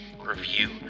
review